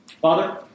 Father